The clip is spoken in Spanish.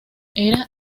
era